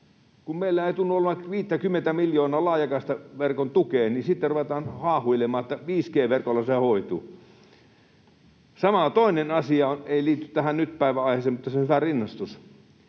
kun meillä ei tunnu olevan 50:tä miljoonaa laajakaistaverkon tukeen, niin sitten ruvetaan haahuilemaan, että 5G-verkolla se hoituu. Toinen asia — ei liity tähän päivän aiheeseen, mutta se on hyvä rinnastus: